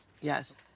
Yes